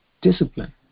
discipline